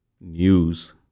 news